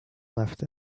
left